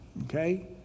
okay